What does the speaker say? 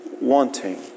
wanting